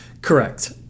Correct